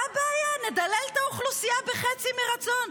מה הבעיה, נדלל את האוכלוסייה בחצי מרצון.